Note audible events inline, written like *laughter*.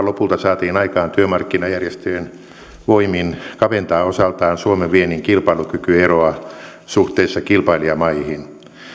*unintelligible* lopulta saatiin aikaan työmarkkinajärjestöjen voimin kaventaa osaltaan suomen viennin kilpailukykyeroa suhteessa kilpailijamaihin